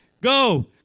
Go